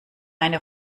eine